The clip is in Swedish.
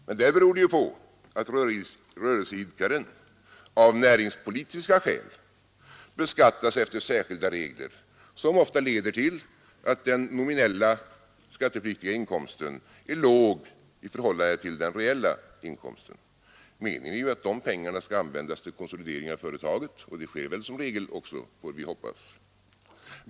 Det beror emellertid på att rörelseidkaren av näringspolitiska skäl beskattas efter särskilda regler, som ofta leder till att den nominella skattepliktiga inkomsten är låg i förhållande till den reella inkomsten. Meningen är ju att den skattelättnad detta medför skall användas till konsolidering av företaget, och det sker väl som regel också, får vi hoppas.